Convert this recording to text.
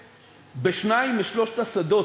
בשניים משלושת השדות,